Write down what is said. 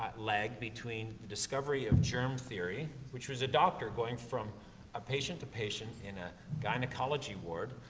lagged between the discovery of germ theory, which was a doctor going from ah patient to patient in a gynecology ward,